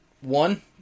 One